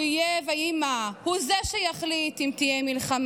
הוא יהיה ויהי מה / הוא זה שיחליט אם תהיה מלחמה.